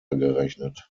gerechnet